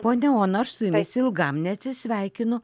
ponia ona aš su jumis ilgam neatsisveikinu